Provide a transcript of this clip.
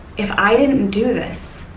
if i didn't do this,